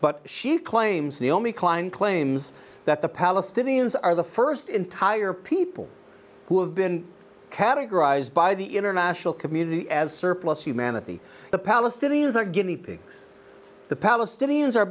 but she claims the only klein claims that the palestinians are the first entire people who have been categorized by the international community as surplus humanity the palestinians are guinea pigs the palestinians are